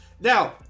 Now